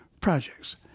projects